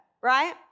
right